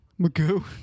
Magoo